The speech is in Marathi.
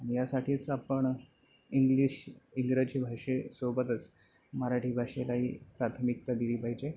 यासाठीच आपण इंग्लिश इंग्रजी भाषेसोबतच मराठी भाषेलाही प्राथमिकता दिली पाहिजे